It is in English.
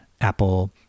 apple